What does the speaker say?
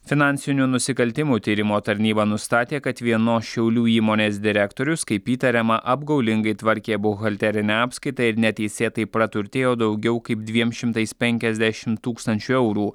finansinių nusikaltimų tyrimo tarnyba nustatė kad vienos šiaulių įmonės direktorius kaip įtariama apgaulingai tvarkė buhalterinę apskaitą ir neteisėtai praturtėjo daugiau kaip dviem šimtais penkiasdešim tūkstančių eurų